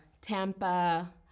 tampa